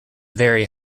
very